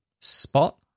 spot